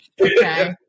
okay